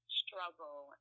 struggle